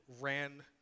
ran